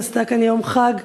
שעשתה כאן יום חג,